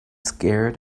scared